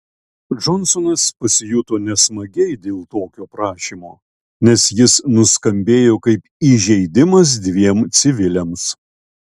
džonsonas pasijuto nesmagiai dėl tokio prašymo nes jis nuskambėjo kaip įžeidimas dviem civiliams